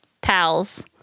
pals